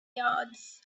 yards